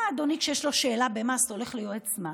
למה כשיש לאדוני שאלה במס הוא הולך ליועץ מס?